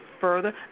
further